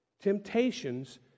temptations